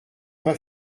pas